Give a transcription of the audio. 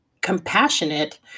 compassionate